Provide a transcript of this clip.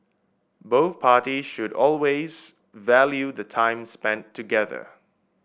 both parties should always value the time spent together